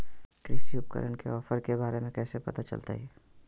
कृषि उपकरण के ऑफर के बारे में कैसे पता चलतय?